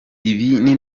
ibi